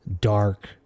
dark